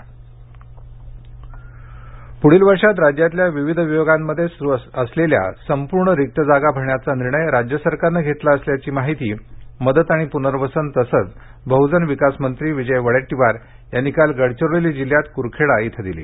रिक्त जागा वडेट्टीवार पुढील वर्षात राज्यातल्या विविध विभागांमध्ये असलेल्या संपूर्ण रिक्त जागा भरण्याचा निर्णय राज्य सरकारनं घेतला असल्याची माहिती मदत आणि प्नर्वसन तसंच बहजन विकासमंत्री विजय वडेट्टीवार यांनी काल गडचिरोली जिल्ह्यात क्रखेडा इथं दिली